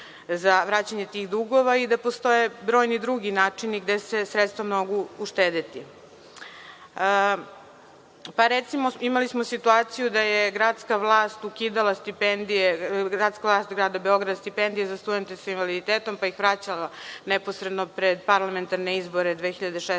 za vraćanje tih dugova i da postoje brojni drugi načini gde se sredstva mogu uštedeti. Recimo, imali smo situaciju da je gradska vlast ukidala stipendije, gradska vlast Grada Beograda, stipendije za studente sa invaliditetom, pa ih vraćala neposredno pred parlamentarne izbore 2016.